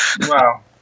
Wow